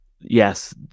yes